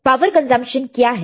power consumption क्या है